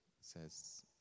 says